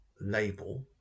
label